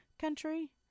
country